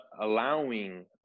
allowing